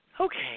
Okay